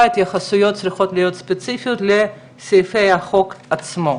ההתייחסויות צריכות להיות ספציפיות לסעיפי החוק עצמו.